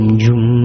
jum